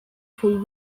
pool